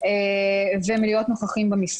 כמובן.